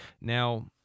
now